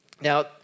now